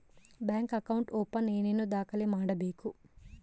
Bank account open ಏನೇನು ದಾಖಲೆ ಕೊಡಬೇಕು?